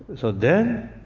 so then,